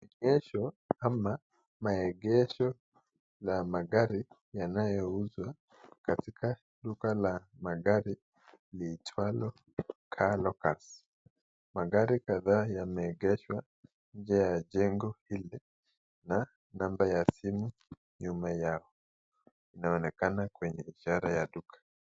Egesho ama maegesho za magari yanayouza katika duka la magari iitwalo Car Locus ,magari kadhaa yameegeshwa nje ya jengo ile na namba ya simu nyuma yao inaonekana kwenye ishara ya duka.